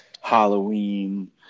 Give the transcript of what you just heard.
Halloween